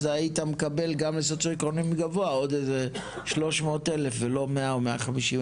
היית מקבל גם לסוציואקונומי גבוה עוד 300,000 ולא 100,000-150,000.